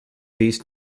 these